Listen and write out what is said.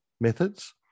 methods